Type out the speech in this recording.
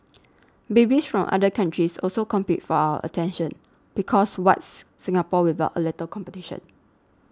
babies from other countries also compete for our attention because what's Singapore without a little competition